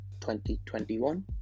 2021